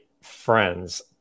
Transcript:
friends